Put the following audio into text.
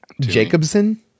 Jacobson